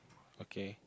okay